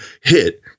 hit